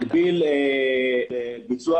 שלהגביל ביצוע